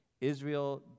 Israel